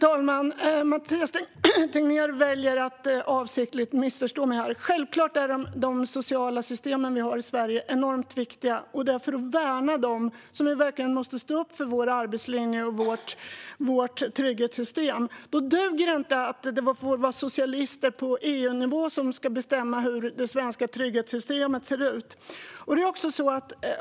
Fru talman! Mathias Tegnér väljer att avsiktligt missförstå mig. Självklart är de sociala trygghetssystem vi har i Sverige enormt viktiga, och det är för att värna dem som vi verkligen måste stå upp för vår arbetslinje och vårt trygghetssystem. Då duger det inte att socialister på EU-nivå ska bestämma hur det svenska trygghetssystemet ser ut.